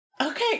Okay